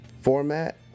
format